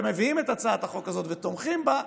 הם מביאים את הצעת החוק הזאת ותומכים בה,